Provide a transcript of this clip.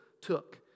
took